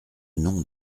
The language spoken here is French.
nom